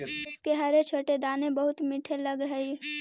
इसके हरे छोटे दाने बहुत मीठे लगअ हई